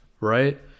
right